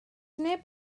neb